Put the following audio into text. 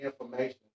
information